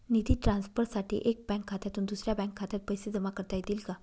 निधी ट्रान्सफरसाठी एका बँक खात्यातून दुसऱ्या बँक खात्यात पैसे जमा करता येतील का?